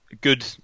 good